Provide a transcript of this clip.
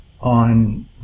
on